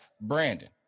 Brandon